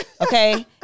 Okay